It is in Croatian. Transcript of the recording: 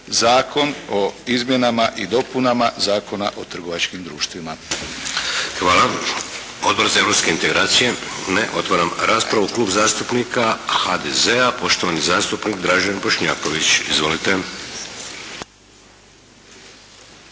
Zakon o izmjenama i dopunama Zakona o trgovačkim društvima. **Šeks, Vladimir (HDZ)** Hvala. Odbor za europske integracije? Ne. Otvaram raspravu. Klub zastupnika HDZ-a poštovani zastupnik Dražen Bošnjaković. Izvolite.